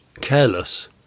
Careless